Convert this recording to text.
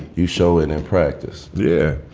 you show and in practice yeah